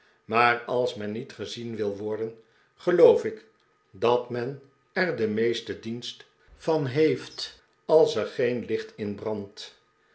maar als men niet gezien wil worden geloof ik dat men er den meesten dienst van heeft als er geen licht in brandt